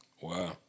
Wow